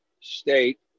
State